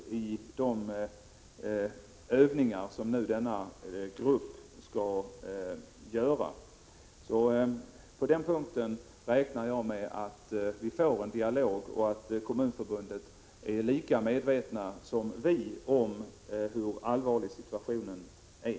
På den punkten räknar jag således med att vi får en dialog och att Kommunförbundet är lika medvetet som vi om hur allvarlig situationen är.